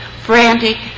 frantic